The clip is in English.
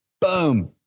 boom